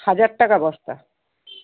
হাজার টাকা বস্তা